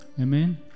amen